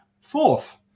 fourth